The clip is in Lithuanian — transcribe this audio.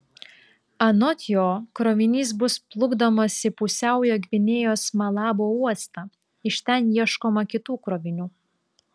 anot jo krovinys bus plukdomas į pusiaujo gvinėjos malabo uostą iš ten ieškoma kitų krovinių